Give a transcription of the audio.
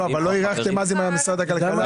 לא אירחתם את משרד הכלכלה?